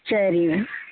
சரிங்க